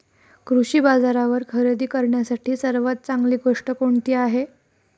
कृषी बाजारावर खरेदी करण्यासाठी सर्वात चांगली गोष्ट कोणती आहे?